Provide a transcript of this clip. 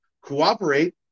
cooperate